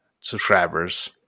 subscribers